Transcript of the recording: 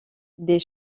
des